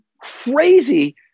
crazy